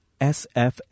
SF